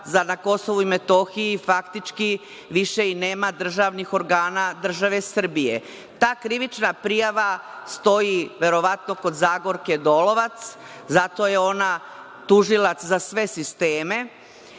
da na Kosovu i Metohiju, faktički, više i nema državnih organa države Srbije. Ta krivična prijava stoji, verovatno, kod Zagorke Dolovac, zato je ona tužilac za sve sisteme.